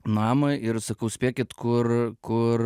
namą ir sakau spėkit kur kur